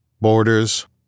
Borders